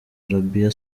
arabia